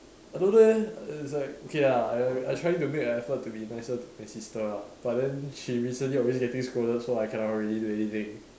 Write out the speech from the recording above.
I don't know leh it's like okay lah I I trying to make an effort to be nicer to my sister ah but then she recently always getting scolded so I cannot really do anything